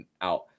out